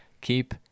keep